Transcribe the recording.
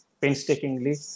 painstakingly